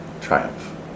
triumph